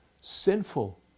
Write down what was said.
Sinful